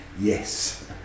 Yes